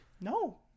no